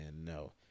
No